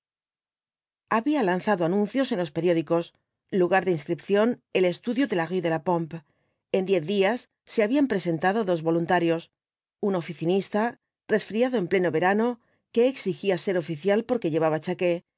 había lanzado anuncios en los periódicos lugar de inscripción el estudio de la rué de la pompe en diez días se habían presentado dos voluntarios un oficinista resfriado en pleno verano que exigía ser oficial porque llevaba chaquet y